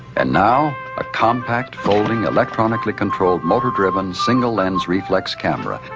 and now a compact, folding electronically-controlled, motor-driven, single lens, reflex camera,